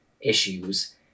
issues